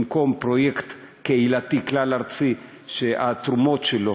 במקום פרויקט קהילתי כלל-ארצי שהתרומות שלו,